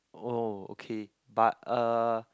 oh okay but uh